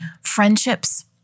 friendships